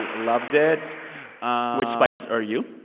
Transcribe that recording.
loved it which spice are you?